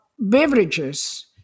Beverages